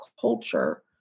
culture